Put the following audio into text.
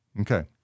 Okay